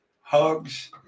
hugs